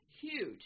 huge